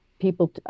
people